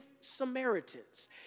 Samaritans